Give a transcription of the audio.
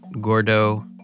Gordo